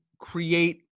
create